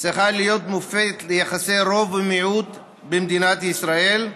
צריכה להיות מופת ליחסי רוב ומיעוט במדינת ישראל.